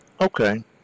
Okay